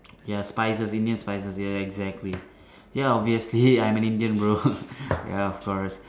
ya spices Indian spices ya exactly ya obviously ya I'm an Indian bro ya of course